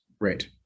right